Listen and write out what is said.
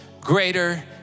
greater